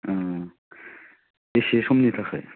ओं बेसे समनि थाखाय